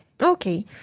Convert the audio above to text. Okay